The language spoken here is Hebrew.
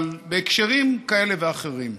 אבל בהקשרים כאלה ואחרים.